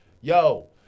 Yo